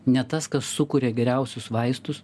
ne tas kas sukuria geriausius vaistus